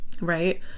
right